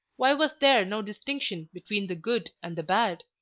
why was there no distinction between the good and the bad?